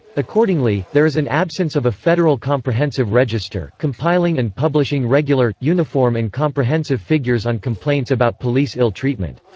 accordingly, there is an absence of a federal comprehensive register, compiling and publishing regular, uniform and comprehensive figures on complaints about police ill-treatment.